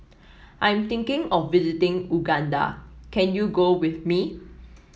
I am thinking of visiting Uganda can you go with me